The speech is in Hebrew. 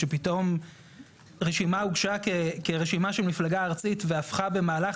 שפתאום רשימה הוגשה כרשימה של מפלגה ארצית והפכה במהלך